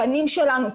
הפנים שלנו,